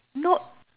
not